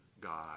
God